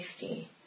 safety